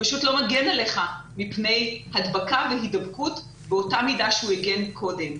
פשוט לא מגן עליך מפני הדבקה והידבקות באותה מידה שהוא הגן קודם.